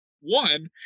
One